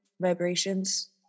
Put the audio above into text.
vibrations